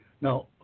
Now